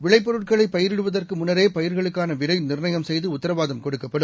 விளைபொருட்களைபயிரிடுவதற்குமுன்னரேபயிர்களுக்கானவிலைநிர்ணயம் செய்துடத்தரவாதம் கொடுக்கப்படும்